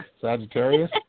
Sagittarius